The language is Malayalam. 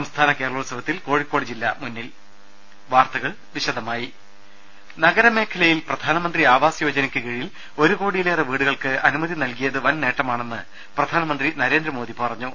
സംസ്ഥാന കേരളോത്സവത്തിൽ കോഴിക്കോട് ജില്ല മുന്നിൽ വാർത്തകൾ വിശദമായി നഗരമേഖലയിൽ പ്രധാനമന്ത്രി ആവാസ് യോജ നയ്ക്കു കീഴിൽ ഒരു കോടിയിലേറെ വീടുകൾക്ക് അനു മതി നൽകിയത് വൻനേട്ടമാണെന്ന് പ്രധാനമന്ത്രി നരേ ന്ദ്രമോദി പറഞ്ഞു